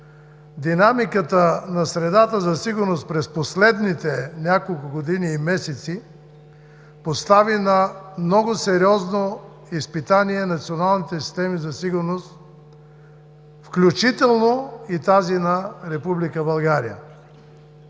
Динамиката на средата за сигурност през последните няколко години и месеци постави на много сериозно изпитание националните системи за сигурност, включително и тази на